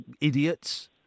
idiots